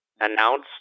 announce